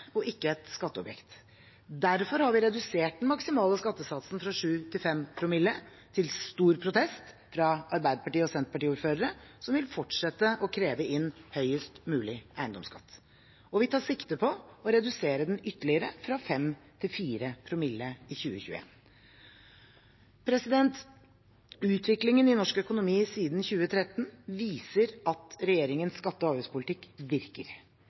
og ikke et skatteobjekt. Derfor har vi redusert den maksimale skattesatsen fra 7 til 5 promille – til stor protest fra Arbeiderparti- og Senterparti-ordførere, som vil fortsette å kreve inn høyest mulig eiendomsskatt – og vi tar sikte på å redusere den ytterligere, fra 5 til 4 promille, i 2021. Utviklingen i norsk økonomi siden 2013 viser at regjeringens skatte- og avgiftspolitikk virker.